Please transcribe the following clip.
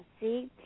See